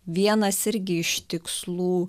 vienas irgi iš tikslų